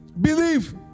Believe